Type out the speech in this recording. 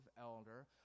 elder